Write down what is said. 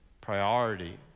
priority